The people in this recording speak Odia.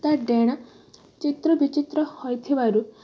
ତା ଡେଣା ଚିତ୍ର ବିଚିତ୍ର ହୋଇଥିବାରୁ